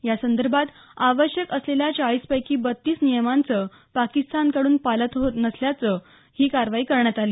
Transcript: यासंदर्भात आवश्यक असलेल्या चाळीस पैकी बत्तीस नियमांचं पाकिस्तानकड्रन पालन होत नसल्यानं ही कारवाई करण्यात आली